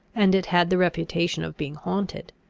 and it had the reputation of being haunted.